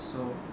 so